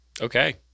Okay